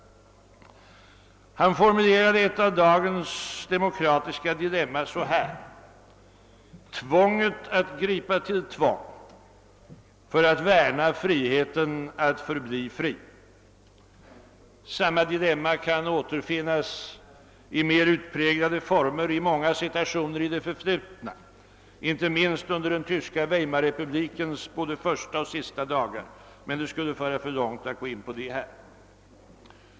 Han formulerade ett av dagens demokratiska dilemman så här: »Tvånget att gripa till tvång för att värna friheten att förbli fri.« Samma dilemma kan återfinnas i ner utpräglade former i många situationer i det förflutna, inte minst un der den tyska Weimarrepublikens både första och sista dagar, men det skulle föra för långt att gå in på det här.